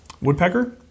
Woodpecker